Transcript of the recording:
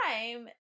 time